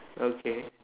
okay